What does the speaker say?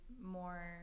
more